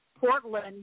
Portland